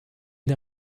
der